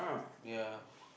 ya